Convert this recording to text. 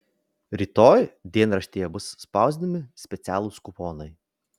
rytoj dienraštyje bus spausdinami specialūs kuponai